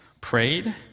prayed